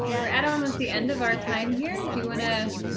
we're at almost the end of our time here. do you and ah